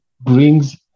brings